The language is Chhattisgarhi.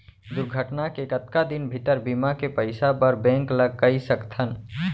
दुर्घटना के कतका दिन भीतर बीमा के पइसा बर बैंक ल कई सकथन?